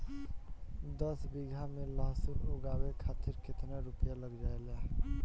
दस बीघा में लहसुन उगावे खातिर केतना रुपया लग जाले?